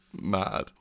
mad